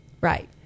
Right